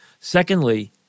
Secondly